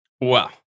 Wow